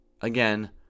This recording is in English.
Again